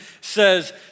says